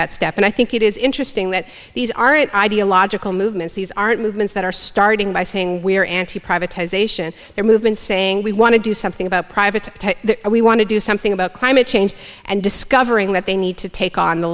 that step and i think it is interesting that these aren't ideological movements these aren't movements that are starting by saying we're anti privatization they're movement saying we want to do something about private we want to do something about climate change and discovering that they need to take on the